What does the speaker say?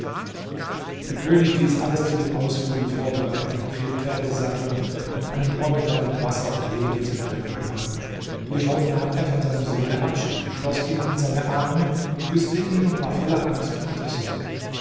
der könig ließ alles zu dem ausfluge vorbereiten vier pferde satteln und einen dromedar mit wasser und lebensmitteln bepacken hierauf nahm er von seinem sohne abschied schloß ihn in seine arme küßte ihn und war voller angst und sorge